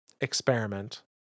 experiment